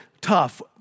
tough